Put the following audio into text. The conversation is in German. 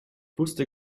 wusste